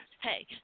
hey